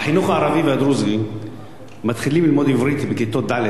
בחינוך הערבי והדרוזי מתחילים ללמוד עברית בכיתות ד',